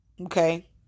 okay